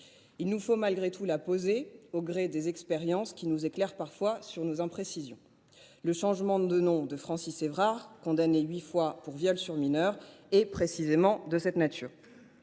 Il nous faut malgré tout la poser, au gré des expériences qui nous éclairent parfois sur nos imprécisions. Le changement de nom de Francis Évrard, condamné huit fois pour viol sur mineur, est précisément de cette nature.